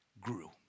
grew